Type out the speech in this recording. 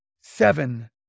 seven